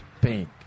Pink